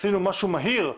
עשינו משהו מהיר,